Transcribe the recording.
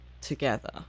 together